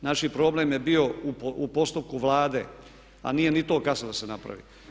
Znači, problem je bio u postupku Vlade, a nije ni to kasno da se napravi.